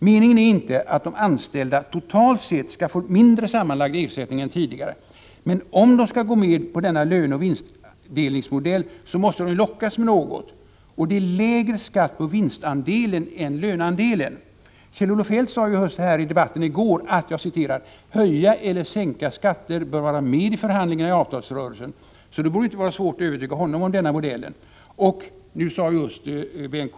Meningen är inte att de anställda totalt sett skall få mindre sammanlagd ersättning än tidigare, men om de skall gå med på denna löneoch vinstdelningsmodell måste de ju lockas med något, och det är lägre skatt på vinstandelen än på löneandelen. Kjell-Olof Feldt sade i debatten här i går, att möjligheten att höja eller sänka skatter bör vara med i förhandlingarna i avtalsrörelsen, så det borde inte vara svårt att övertyga honom om denna modell. Nyss sade Bengt K.